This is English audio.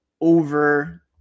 over